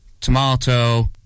tomato